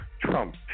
trump